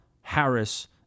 Harris